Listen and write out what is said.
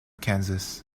kansas